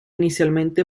inicialmente